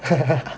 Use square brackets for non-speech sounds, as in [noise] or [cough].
[laughs]